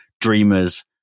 dreamers